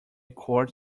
court